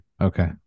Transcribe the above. Okay